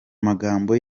magambo